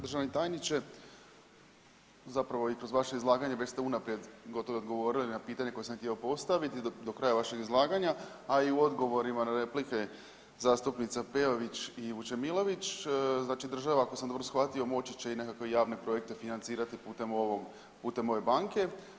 Državni tajniče zapravo i kroz vaše izlaganje već ste unaprijed gotovo i odgovorili na pitanje koje sam htio postaviti do kraja vašeg izlaganja, a i u odgovorima na replike zastupnice Peović i Vučemilović znači država ako sam dobro shvatio moći će i nekakve javne projekte financirati putem ove banke.